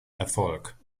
erfolg